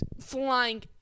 flying